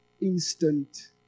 instant